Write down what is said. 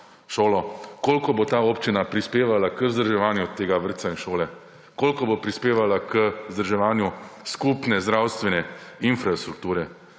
šolo, koliko bo ta občina prispevala k vzdrževanju tega vrtca in šole. Koliko bo prispevala k vzdrževanju skupne zdravstvene infrastrukture?